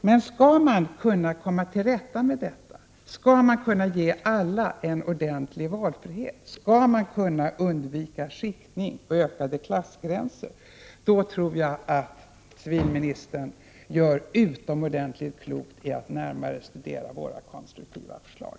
Men skall man komma till rätta med detta och kunna ge alla en ordentlig valfrihet, skall man kunna undvika skiktning och ökade klasskillnader, då tror jag att civilministern gör utomordentligt klokt i att närmare studera våra konstruktiva förslag.